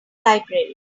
library